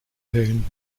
wählen